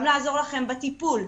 גם לעזור לכם בטיפול.